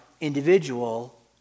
individual